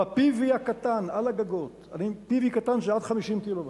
ב-PV הקטן על הגגות, ו-PV קטן זה עד 50 קילוואט,